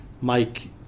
Mike